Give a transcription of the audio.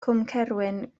cwmcerwyn